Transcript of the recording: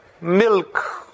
milk